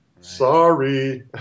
Sorry